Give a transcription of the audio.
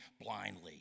blindly